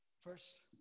first